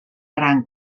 gran